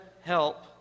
help